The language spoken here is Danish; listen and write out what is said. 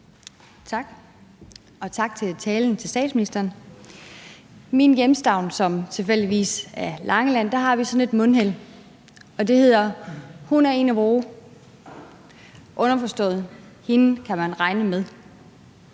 Tak og tak for talen til statsministeren. I min hjemstavn, som tilfældigvis er Langeland, har vi sådan et mundheld, der hedder: Hun er en af vore – underforstået, at hende kan man regne med.